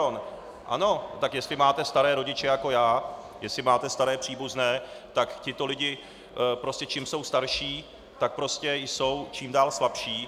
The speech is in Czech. Ne, pardon, ano, tak jestli máte staré rodiče jako já, jestli máte staré příbuzné, tak tito lidi prostě čím jsou starší, tak jsou čím dál slabší.